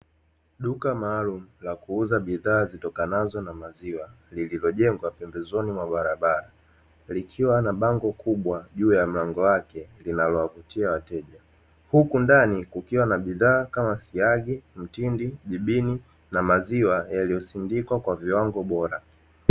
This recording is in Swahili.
Duka maalumu la kuuza bidhaa zitokanazo na maziwa lililojengwa pembezoni mwa barabara likiwa na bango kubwa juu ya mlango wake linalowavutia wateja huku ndani kukiwa na bidhaa kama siagi mtindi jibini na maziwa yaliyosindikwa kwa viwango bora